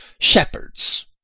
shepherds